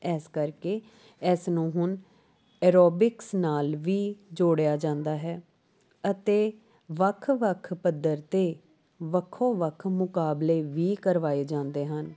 S ਕਰਕੇ ਐਸ ਨੂੰ ਹੁਣ ਐਰੋਬਿਕਸ ਨਾਲ ਵੀ ਜੋੜਿਆ ਜਾਂਦਾ ਹੈ ਅਤੇ ਵੱਖ ਵੱਖ ਪੱਧਰ 'ਤੇ ਵੱਖੋ ਵੱਖ ਮੁਕਾਬਲੇ ਵੀ ਕਰਵਾਏ ਜਾਂਦੇ ਹਨ